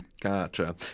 Gotcha